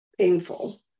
painful